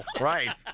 Right